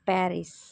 Paris